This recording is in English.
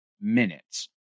minutes